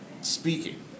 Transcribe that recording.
speaking